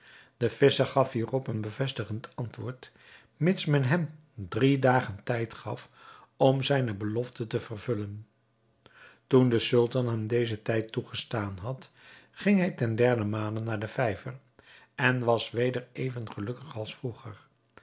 de visscher gaf hierop een bevestigend antwoord mits men hem drie dagen tijd gaf om zijne belofte te vervullen toen de sultan hem dezen tijd toegestaan had ging hij ten derden male naar den vijver en was weder even gelukkig als vroeger